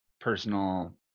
personal